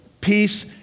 peace